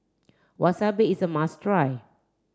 Wasabi is a must try